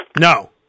No